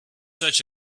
such